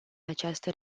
această